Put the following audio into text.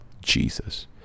Jesus